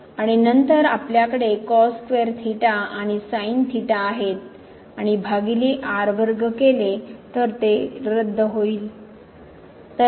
आणि नंतर आपल्याकडे cos square theta आणि sin thetaआहेत आणि भागिले r वर्ग केले तर ते रद्दहोईल